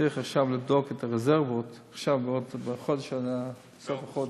צריך עכשיו לבדוק את הרזרבות, בסוף החודש,